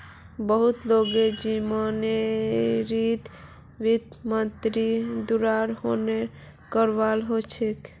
बहुत ला जिम्मेदारिक वित्त मन्त्रीर द्वारा वहन करवा ह छेके